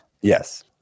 Yes